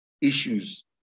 issues